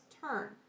turn